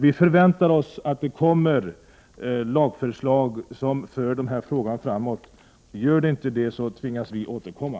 Vi förväntar oss att det kommer lagförslag som för dessa frågor framåt. Om så inte sker tvingas vi återkomma.